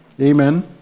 Amen